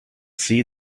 see